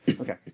Okay